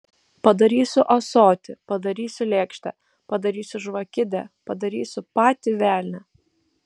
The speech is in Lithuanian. padarysiu ąsotį padarysiu lėkštę padarysiu žvakidę padarysiu patį velnią